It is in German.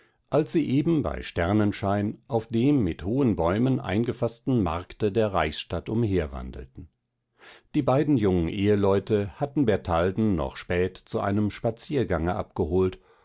als sie eben bei sternenschein auf dem mit hohen bäumen eingefaßten markte der reichsstadt umherwandelten die beiden jungen eheleute hatten bertalden noch spät zu einem spaziergange abgeholt